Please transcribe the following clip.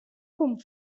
pump